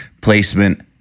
placement